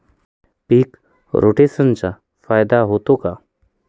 पीक रोटेशनचा फायदा होतो का?